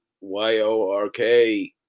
Y-O-R-K